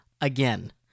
Again